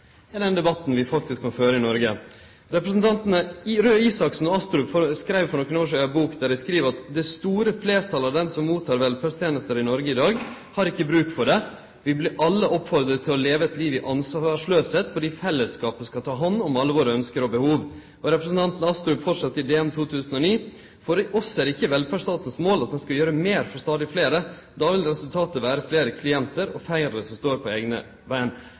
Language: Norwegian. er den debatten vi faktisk kan føre i Noreg. Representantane Røe Isaksen og Astrup skreiv for nokre år sidan i ei bok at det store fleirtalet av dei som mottek velferdstenester i Noreg i dag, har ikkje bruk for det. Vi blir alle oppmoda til å «leve et liv i ansvarsløshet fordi fellesskapet skal ta hånd om alle våre ønsker og behov». Og representanten Astrup held fram i DN i 2009: «For oss er ikke velferdsstatens mål at den skal gjøre mer for stadig flere; da vil resultatet være flere klienter og færre som står på egne